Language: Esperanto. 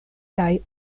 kaj